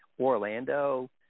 Orlando